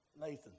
nathan